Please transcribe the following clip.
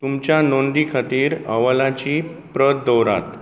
तुमच्या नोंदी खातीर अहवलाची प्रत दवरात